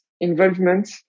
involvement